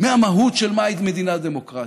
מהמהות של מהי מדינה דמוקרטית.